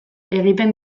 egiten